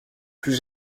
plus